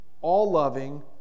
all-loving